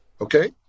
okay